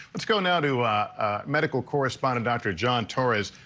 let's go now to medical correspondent dr. john torres.